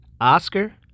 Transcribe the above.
Oscar